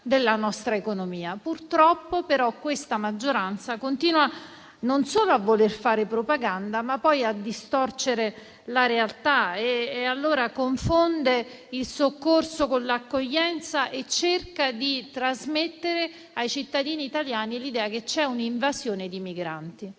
della nostra economia. Purtroppo, però questa maggioranza continua non solo a voler fare propaganda, ma a distorcere la realtà e allora confonde il soccorso con l'accoglienza e cerca di trasmettere ai cittadini italiani l'idea che c'è un'invasione di migranti.